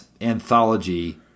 anthology